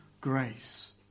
grace